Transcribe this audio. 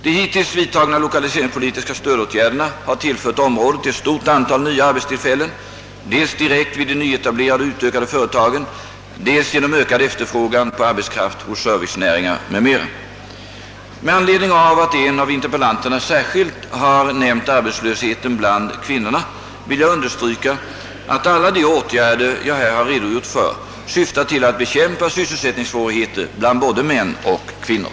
De hittills vidtagna lokaliseringspolitiska stödåtgärderna har tillfört området ett stort antal nya arbetstillfällen, dels direkt vid de nyetablerade och utökade företagen, dels genom ökad efterfrågan på arbetskraft hos servicenäringar m.m. Med anledning av att en av interpellanterna särskilt har nämnt arbetslösheten bland kvinnorna vill jag understryka, att alla de åtgärder jag här har redogjort för syftar till att bekämpa sysselsättningssvårigheter bland både män och kvinnor.